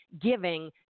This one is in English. giving